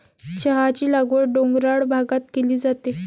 चहाची लागवड डोंगराळ भागात केली जाते